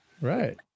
right